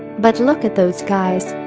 but look at those guys.